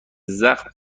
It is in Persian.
زخم